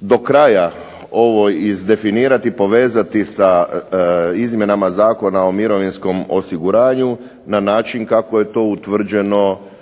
do kraja ovo izdefinirati, povezati sa izmjenama Zakona o mirovinskom osiguranju na način kako je to utvrđeno